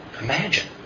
imagine